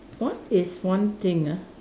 what is one thing ah